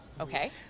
Okay